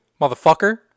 motherfucker